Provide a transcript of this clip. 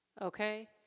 Okay